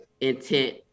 intent